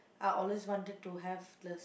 I always wanted to have